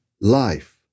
life